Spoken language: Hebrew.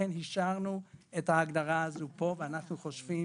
לכן השארנו את ההגדרה הזו פה, ואנחנו חושבים